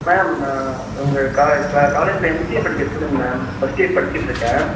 ma'am நான் உங்கள் காலேஜில் எம்சிஏ படிக்கிற ஸ்டூடென்ட் மேம் ஃபஸ்ட்டியர் படிச்சிட்டுருக்கேன்